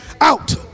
Out